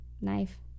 knife